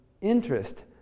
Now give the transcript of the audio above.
interest